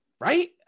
Right